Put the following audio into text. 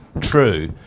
true